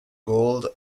gold